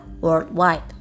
worldwide